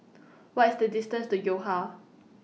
What IS The distance to Yo Ha